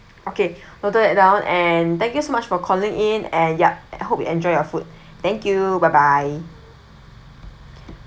okay although it down and thank you so much for calling in and ya I hope you enjoy your foot thank you byebye